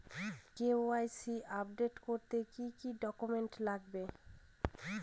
KYC update করতে কি কি ডকুমেন্টস লাগবে?